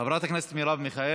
אינו נוכח, חברת הכנסת מרב מיכאלי,